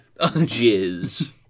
jizz